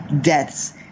deaths